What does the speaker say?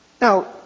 Now